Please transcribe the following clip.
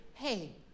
hey